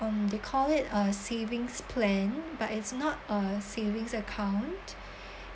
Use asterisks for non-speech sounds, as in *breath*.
um they call it a savings plan but it's not a savings account *breath*